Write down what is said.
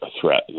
threat